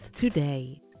today